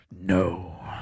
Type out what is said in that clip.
No